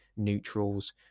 neutrals